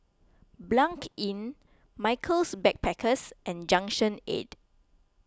Blanc Inn Michaels Backpackers and Junction eight